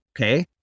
okay